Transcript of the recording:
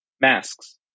masks